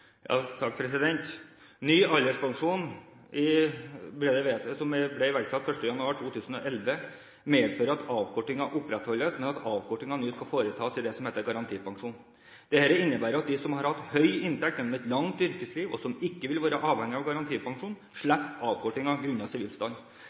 som ble iverksatt 1. januar 2011, medfører at avkortingen opprettholdes, men at den nå skal foretas i det som heter garantipensjon. Dette innebærer at de som har hatt høy inntekt gjennom et langt yrkesliv, og som ikke vil være avhengig av garantipensjon,